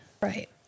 Right